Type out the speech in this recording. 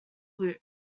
loop